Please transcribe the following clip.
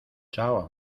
chao